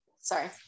Sorry